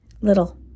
little